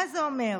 מה זה אומר?